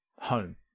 home